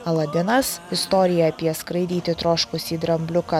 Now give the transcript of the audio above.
aladinas istorija apie skraidyti troškusį drambliuką